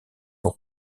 aux